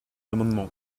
amendement